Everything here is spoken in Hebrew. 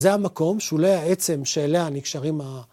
זה המקום שולי העצם שאליה נקשרים ה...